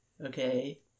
Okay